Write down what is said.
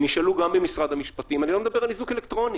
נשאלו גם במשרד המשפטים אני לא מדבר על איזוק אלקטרוני